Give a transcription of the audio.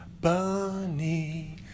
Bunny